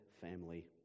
family